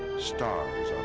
stars